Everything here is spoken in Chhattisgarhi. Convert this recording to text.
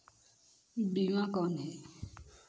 बीमा कौन है?